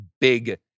big